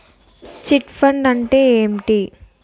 Chit fund అంటే ఏంటి?